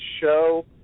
show